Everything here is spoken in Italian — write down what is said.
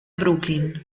brooklyn